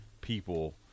people